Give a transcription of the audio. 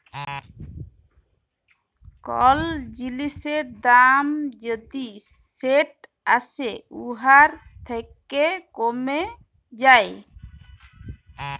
call জিলিসের দাম যদি যেট আসে উয়ার থ্যাকে কমে যায়